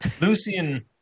Lucian